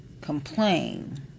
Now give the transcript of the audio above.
complain